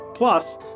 Plus